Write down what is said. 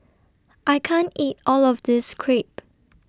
I can't eat All of This Crepe